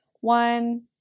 One